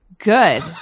Good